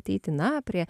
ateiti na prie